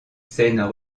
scènes